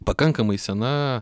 pakankamai sena